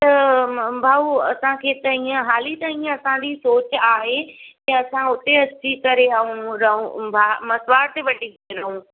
त भाऊ असांखे त हीअ हाली त हीअ असांजी सोच आहे की असां हुते अची करे रहूं भा मसुवाड़ ते वठी रहूं